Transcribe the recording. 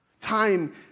Time